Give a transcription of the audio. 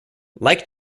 like